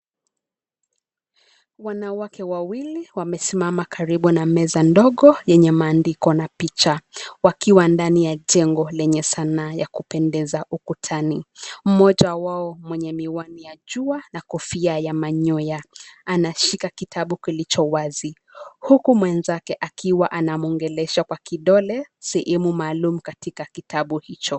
Wanawake wawili wamesimama karibu na meza ndogo yenye maandiko iko na picha. Wakiwa ndani ya jengo lenye sanaa ya kupendeza ukutani. Mmoja wao mwenye miwani ya jua na kofia ya manyoya anashika kitabu kilichowazi, huku mwenzake akiwa anamwongelesha kwa kidole sehemu maalum katika kitabu hicho.